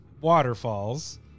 waterfalls